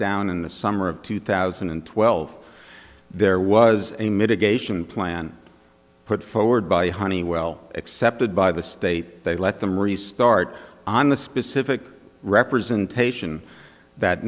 down in the summer of two thousand and twelve there was a mitigation plan put forward by honeywell accepted by the state they let them restart on the specific representation that